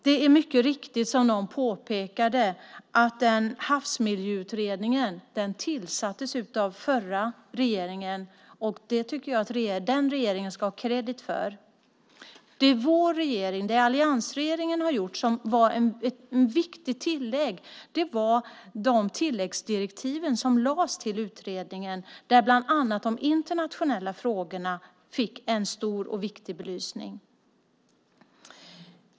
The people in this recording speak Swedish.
Det är mycket riktigt som någon påpekade att Havsmiljöutredningen tillsattes av förra regeringen. Det ska den regeringen ha kredit för. Alliansregeringen har gjort ett viktigt tillägg, nämligen tilläggsdirektiven till utredningen där bland annat de internationella frågorna får en stor och viktig belysning.